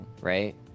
Right